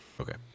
Okay